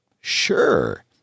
sure